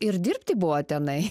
ir dirbti buvo tenai